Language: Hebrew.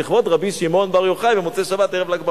לכבוד רבי שמעון בר יוחאי במוצאי שבת ערב ל"ג בעומר.